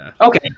Okay